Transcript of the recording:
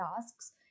tasks